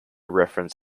reference